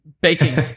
baking